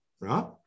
right